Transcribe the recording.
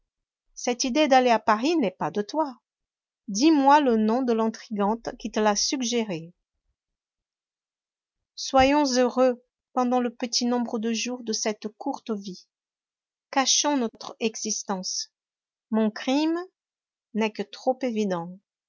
cette idée d'aller à paris n'est pas de toi dis-moi le nom de l'intrigante qui te l'a suggérée soyons heureux pendant le petit nombre de jours de cette courte vie cachons notre existence mon crime n'est que trop évident